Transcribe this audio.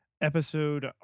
Episode